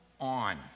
on